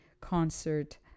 Concert